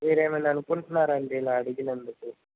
మీరేమైనా అనుకుంటున్నారా అండి ఇలా అడిగినందుకు